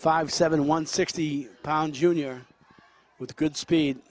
five seven one sixty pound junior with good speed